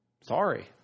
Sorry